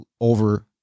over